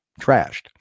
trashed